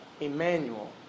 Emmanuel